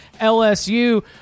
LSU